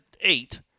eight